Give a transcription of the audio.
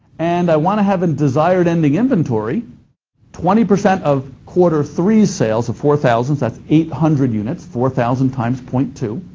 and i want to have a desired ending inventory twenty percent of quarter three's sales, so four thousand. that's eight hundred units. four thousand times point two.